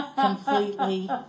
completely